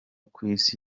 kw’isi